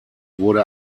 wurde